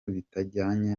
bitajyanye